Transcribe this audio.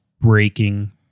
breaking